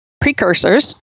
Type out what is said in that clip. precursors